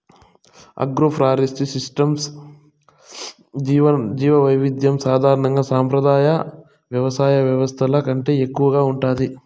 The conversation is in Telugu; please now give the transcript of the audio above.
ఆగ్రోఫారెస్ట్రీ సిస్టమ్స్లో జీవవైవిధ్యం సాధారణంగా సంప్రదాయ వ్యవసాయ వ్యవస్థల కంటే ఎక్కువగా ఉంటుంది